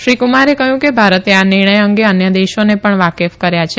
શ્રી કુમારે કહ્યું કે ભારતે આ નિર્ણય અંગે અન્ય દેશોને પણ વાકેફ કર્યા છે